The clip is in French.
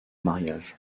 mariage